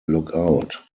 lookout